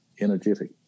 energetic